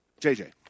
JJ